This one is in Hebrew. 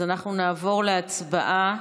אז אנחנו נעבור להצבעה